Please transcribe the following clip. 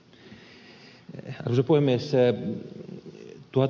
arvoisa puhemies